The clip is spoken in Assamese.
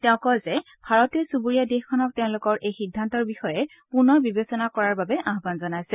তেওঁ কয় যে ভাৰতে চুব্ৰীয়া দেশখনক তেওঁলোকৰ এই সিদ্ধান্তৰ বিষয়ে পূনৰ বিবেচনা কৰাৰ বাবে আয়ান জনাইছে